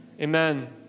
Amen